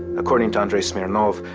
according to andrey smirnoff,